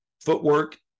Footwork